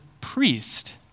priest